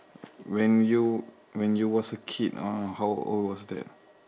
when you when you was a kid uh how old was that